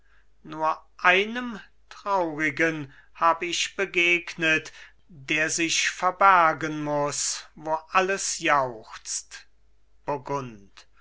nur einem traurigen hab ich begegnet der sich verbergen muß wo alles jauchzt